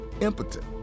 impotent